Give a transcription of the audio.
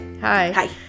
Hi